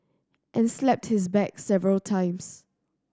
and slapped his back several times